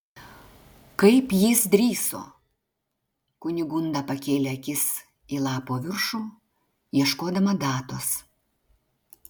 kaip jis drįso kunigunda pakėlė akis į lapo viršų ieškodama datos